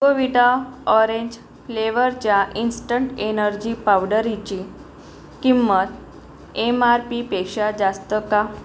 कोविटा orange फ्लेवरच्या instant energy पावडरची किंमत एम आर पीपेक्षा जास्त का